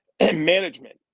management